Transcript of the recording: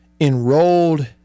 enrolled